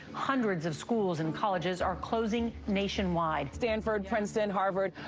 hundreds of schools and colleges are closing nationwide. stanford, princeton, harvard.